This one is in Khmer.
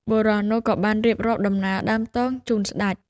បុរសនោះក៏បានរៀបរាប់ដំណើរដើមទងជូនស្ដេច។